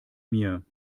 mir